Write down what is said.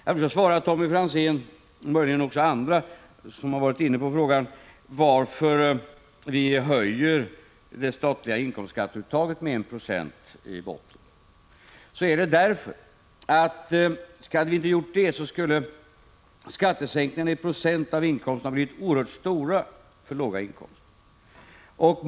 Jag vill svara Tommy Franzén, och möjligen också andra, som frågade varför vi höjer det statliga inkomstskatteuttaget med 1 2 i bottenskiktet. Om vi inte hade gjort det skulle skattesänkningarna i procent av inkomsten ha blivit oerhört stora för låga inkomster.